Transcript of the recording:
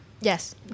Yes